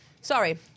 sorry